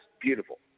beautiful